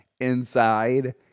inside